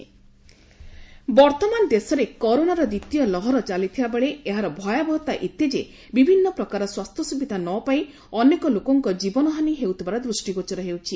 ବିପଦ ବେଳର ବନ୍ଧ ବର୍ଉମାନ ଦେଶରେ କରୋନାର ଦ୍ୱିତୀୟ ଲହର ଚାଲିଥିବାବେଳେ ଏହାର ଭୟାବହତା ଏତେ ଯେ ବିଭିନ୍ନ ପ୍ରକାର ସ୍ୱାସ୍ଥ୍ୟ ସୁବିଧା ନ ପାଇ ଅନେକ ଲୋକଙ୍କ ଜୀବନ ହାନୀ ହେଉଥିବାର ଦୃଷ୍କିଗୋଚର ହେଉଛି